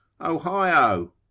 Ohio